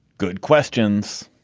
good questions